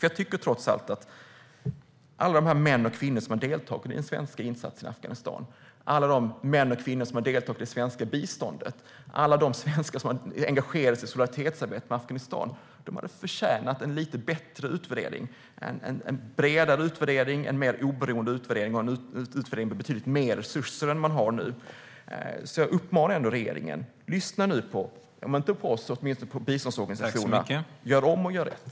Jag tycker att alla de män och kvinnor som deltagit i den svenska insatsen i Afghanistan, alla de män och kvinnor som deltagit i det svenska biståndsarbetet, alla de svenskar som engagerat sig i solidaritetsarbetet med Afghanistan hade förtjänat en lite bättre utvärdering, en bredare utvärdering, en mer oberoende utvärdering och en utvärdering med betydligt mer resurser än man nu har. Därför uppmanar jag regeringen att lyssna om inte på oss så åtminstone på biståndsorganisationerna. Gör om och gör rätt!